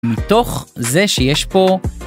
מתוך זה שיש פה.